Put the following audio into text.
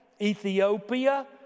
Ethiopia